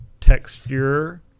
texture